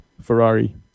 Ferrari